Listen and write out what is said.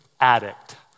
addict